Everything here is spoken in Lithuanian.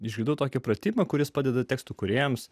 išvydau tokį pratimą kuris padeda tekstų kūrėjams